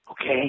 Okay